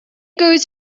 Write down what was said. goes